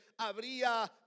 habría